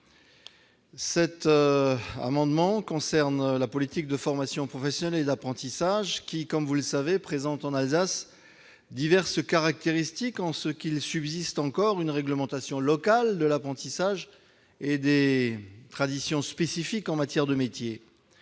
M. André Reichardt. La politique de formation professionnelle et d'apprentissage présente en Alsace diverses caractéristiques, en ce qu'il subsiste encore une réglementation locale de l'apprentissage et des traditions spécifiques en matière de métiers.